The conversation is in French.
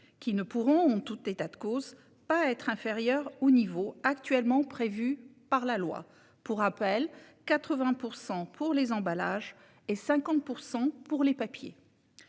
qui ne pourront, en tout état de cause, pas être inférieurs aux niveaux actuellement prévus par la loi, soit 80 % pour les emballages et 50 % pour les papiers.